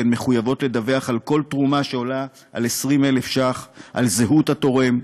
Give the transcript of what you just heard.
הן מחויבות לדווח על כל תרומה העולה על 20,000 ש"ח ועל זהות התורם,